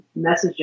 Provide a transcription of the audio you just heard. messaging